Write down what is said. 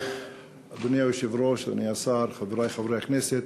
אדוני היושב-ראש, אדוני השר, חברי חברי הכנסת,